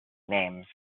names